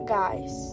guys